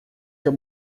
seu